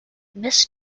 miss